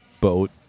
boat